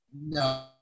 No